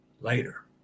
later